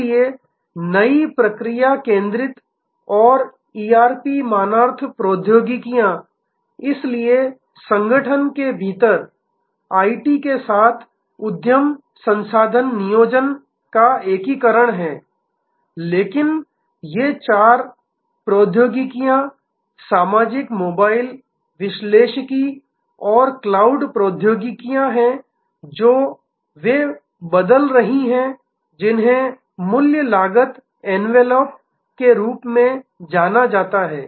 इसलिए नई प्रक्रिया केंद्रित और ईआरपी मानार्थ प्रौद्योगिकियां इसलिए संगठन के भीतर आईटी के साथ उद्यम संसाधन नियोजन का एकीकरण है लेकिन ये चार प्रौद्योगिकियां सामाजिक मोबाइल विश्लेषिकी और क्लाउड प्रौद्योगिकियां हैं जो वे बदल रही हैं जिन्हें मूल्य लागत एनवेलॉप के रूप में जाना जाता है